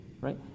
right